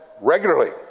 regularly